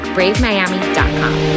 BraveMiami.com